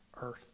earth